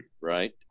right